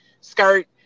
skirt